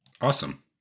awesome